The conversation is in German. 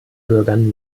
bürgern